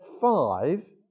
five